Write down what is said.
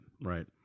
right